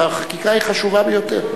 והחקיקה היא חשובה ביותר.